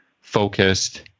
focused